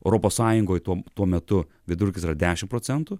europos sąjungoj tuom tuo metu vidurkis yra dešimt procentų